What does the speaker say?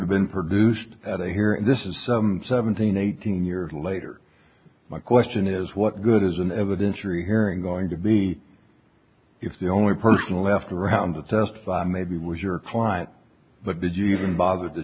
have been produced at a hearing this is some seventeen eighteen years later my question is what good is an evidentiary hearing going to be if the only person left around to testify maybe was your client but did you even bother to